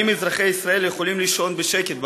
2. האם אזרחי ישראל יכולים לישון בשקט בלילה?